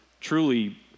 truly